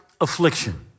affliction